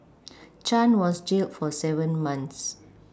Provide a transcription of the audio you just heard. Chan was jailed for seven months